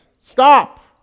Stop